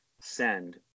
send